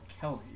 Kelly